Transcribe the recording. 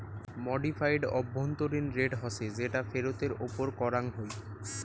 modified আভ্যন্তরীণ rate হসে যেটা ফেরতের ওপর করাঙ হই